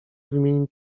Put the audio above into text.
wymienić